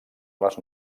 les